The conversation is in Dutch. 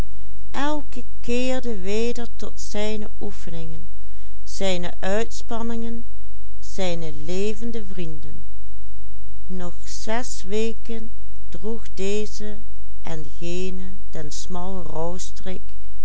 zijne levende vrienden nog zes weken droeg deze en gene den